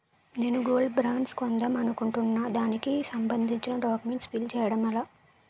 నేను gold bonds కొందాం అనుకుంటున్నా దానికి సంబందించిన డాక్యుమెంట్స్ ఫిల్ చేయడం ఎలా?